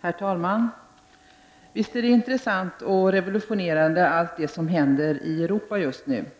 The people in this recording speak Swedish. Herr talman! Visst är allt det som händer i Europa just nu intressant och revolutionerande.